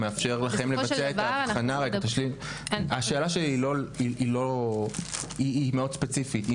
אשאל - השאלה שלי היא מאוד ספציפית.